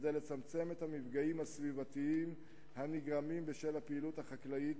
לצמצם את המפגעים הסביבתיים הנגרמים בשל הפעילות החקלאית,